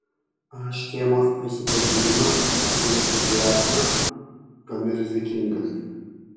a škėmos prisipažinimas apie entuziazmą gana rizikingas